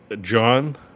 John